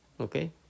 Okay